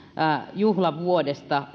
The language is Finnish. juhlavuodesta